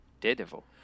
Daredevil